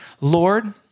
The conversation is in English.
Lord